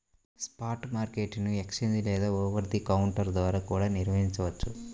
spot market ని exchange లేదా over the counter ద్వారా కూడా నిర్వహించొచ్చు